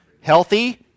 Healthy